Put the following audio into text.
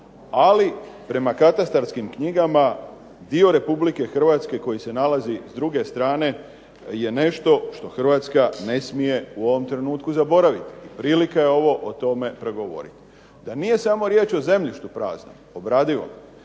ali prema katastarskim knjigama dio Republike Hrvatske koji se nalazi s druge strane je nešto što Hrvatska ne smije u ovom trenutku zaboraviti. Prilika je ovo o tome progovoriti. Da nije samo riječ o zemljištu praznom, obradivom